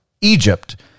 Egypt